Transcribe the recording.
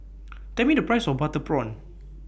Tell Me The Price of Butter Prawn